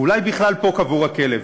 ואולי בכלל פה קבור הכלב,